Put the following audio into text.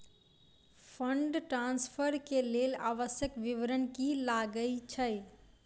Fund transfer केँ लेल आवश्यक विवरण की की लागै छै?